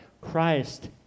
Christ